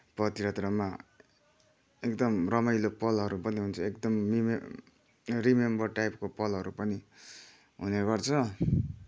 पदयात्रामा एकदम रमाइलो पलहरू पनि हुन्छ एकदम रिमेम रिमेम्बर टाइपको पलहरू पनि हुनेगर्छ